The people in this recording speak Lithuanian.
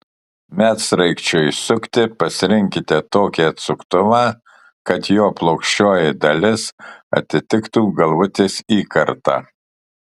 medsraigčiui sukti pasirinkite tokį atsuktuvą kad jo plokščioji dalis atitiktų galvutės įkartą